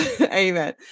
Amen